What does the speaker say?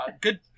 Good